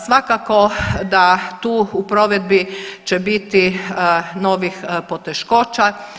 Svakako da tu u provedbi će biti novih poteškoća.